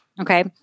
Okay